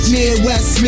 Midwest